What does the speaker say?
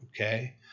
okay